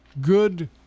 good